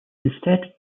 instead